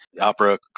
Opera